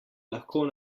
lahko